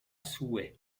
souhait